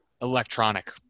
electronic